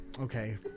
Okay